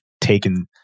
taken